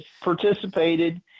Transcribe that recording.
Participated